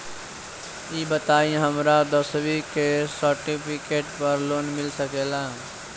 ई बताई हमरा दसवीं के सेर्टफिकेट पर लोन मिल सकेला?